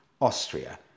Austria